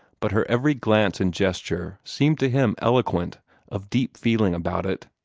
but her every glance and gesture seemed to him eloquent of deep feeling about it.